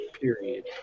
Period